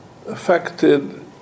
affected